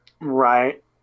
right